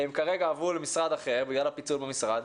הם כרגע עברו למשרד אחר בגלל הפיצול במשרד,